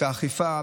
את האכיפה.